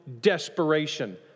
desperation